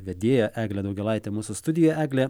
vedėja eglė daugėlaitė mūsų studijoje eglė